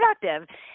productive